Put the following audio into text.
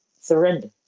surrender